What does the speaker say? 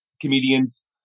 comedians